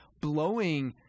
blowing